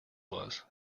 was